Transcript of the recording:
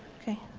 ok.